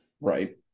Right